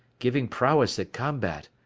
giving prowess at combat,